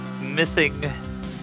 missing